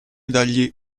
dagli